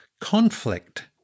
conflict